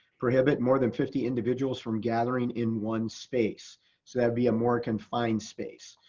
prohibit more than fifty individuals from gathering in one space. so that'd be a more confined space.